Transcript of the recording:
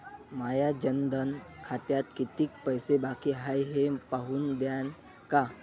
माया जनधन खात्यात कितीक पैसे बाकी हाय हे पाहून द्यान का?